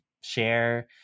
share